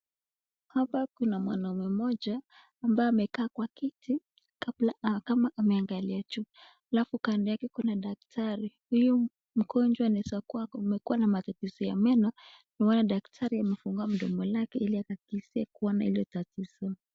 Hapa kuna mwanaume moja ambaye amekaa kwa kiti kama ameangalia juu. Alafu kando yake kuna daktari. Huyu mgonjwa ni za kwako. Umekuwa na matatizo ya meno. Ndio maana daktari amefungua mdomo lake ili akakisie kuona hilo tatizo.